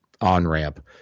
on-ramp